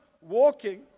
walking